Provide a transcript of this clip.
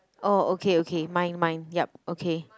oh okay okay mine mine yup okay